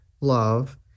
love